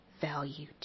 value